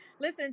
Listen